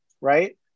right